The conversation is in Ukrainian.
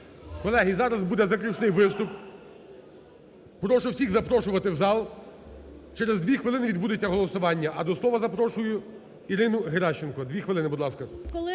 Колеги, зараз буде заключний виступ. Прошу всіх запрошувати в зал, через дві хвилини відбудеться голосування. А до слова запрошую Ірину Геращенко. Дві хвилини, будь ласка.